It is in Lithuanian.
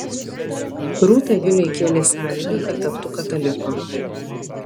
rūta viliui kėlė sąlygą kad taptų kataliku